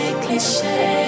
cliche